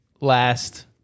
last